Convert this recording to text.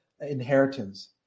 inheritance